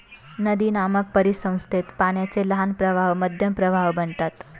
नदीनामक परिसंस्थेत पाण्याचे लहान प्रवाह मध्यम प्रवाह बनतात